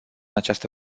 această